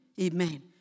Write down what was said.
Amen